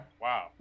Wow